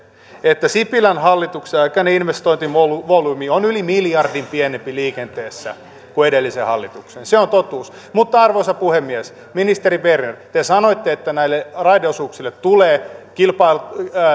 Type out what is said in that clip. että sipilän hallituksen aikainen investointivolyymi liikenteessä on yli miljardin pienempi kuin edellisen hallituksen se on totuus arvoisa puhemies ministeri berner te sanoitte että näille raideosuuksille tulee